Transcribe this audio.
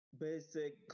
basic